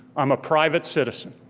i'm a private citizen.